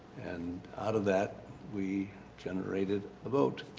and out of that we generated a vote.